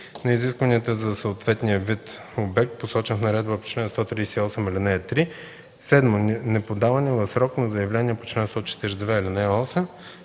на изискванията за съответния вид обект, посочени в наредбата по чл. 138, ал. 3; 7. неподаване в срок на заявление по чл. 142, ал. 8.